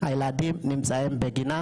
הילדים נמצאים בגינה,